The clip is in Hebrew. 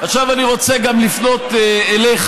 עכשיו אני רוצה גם לפנות אליך,